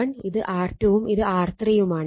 ഇത് R1 ഇത് R2ഉം ഇത് R3 ഉം ആണ്